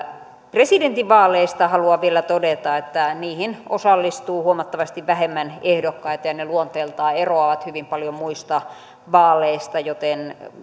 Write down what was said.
presidentinvaaleista haluan vielä todeta että niihin osallistuu huomattavasti vähemmän ehdokkaita ja ne luonteeltaan eroavat hyvin paljon muista vaaleista joten